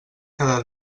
cada